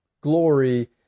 glory